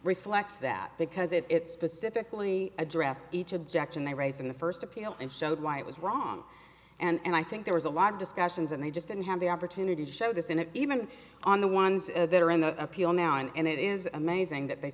reflects that because if it's specifically addressed each objection they raised in the first appeal and showed why it was wrong and i think there was a lot of discussions and they just didn't have the opportunity to show this in it even on the ones that are in the appeal now and it is amazing that they